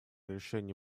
решении